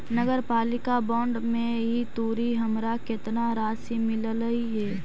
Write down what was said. नगरपालिका बॉन्ड में ई तुरी हमरा केतना राशि मिललई हे?